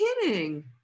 kidding